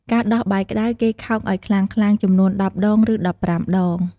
បើដោះបាយក្តៅ គេខោកឲ្យខ្លាំងៗចំនួន ១០ ដង ឬ ១៥ ដង។